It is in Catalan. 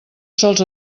sols